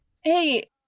hey